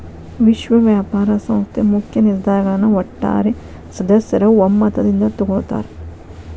ವಿಶ್ವ ವ್ಯಾಪಾರ ಸಂಸ್ಥೆ ಮುಖ್ಯ ನಿರ್ಧಾರಗಳನ್ನ ಒಟ್ಟಾರೆ ಸದಸ್ಯರ ಒಮ್ಮತದಿಂದ ತೊಗೊಳ್ತಾರಾ